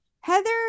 Heather